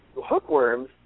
hookworms